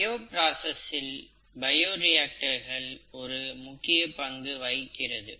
bio பிராஸஸில் பயோரியாக்டர்கள் ஒரு முக்கிய பங்கு வகிக்கிறது